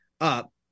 up